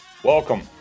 Welcome